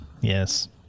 Yes